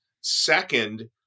second